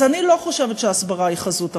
אז אני לא חושבת שההסברה היא חזות הכול,